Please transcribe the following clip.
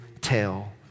tell